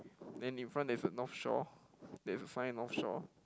then in front there's a North-Shore there's a sign North-Shore